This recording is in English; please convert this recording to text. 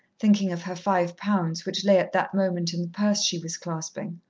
thinking of her five pounds, which lay at that moment in the purse she was clasping.